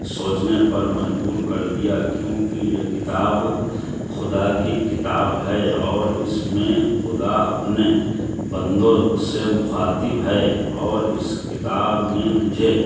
سوچنے پر مجبور کر دیا کیونکہ یہ کتاب خدا کی کتاب ہے اور اس میں خدا اپنے بندوں سے مخاطب ہے اور اس کتاب نے مجھے